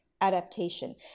adaptation